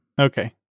Okay